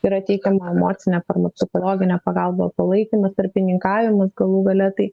yra teikiama emocinė parama psichologinė pagalba palaikymas tarpininkavimas galų gale tai